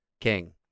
King